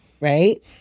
Right